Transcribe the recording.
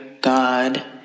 God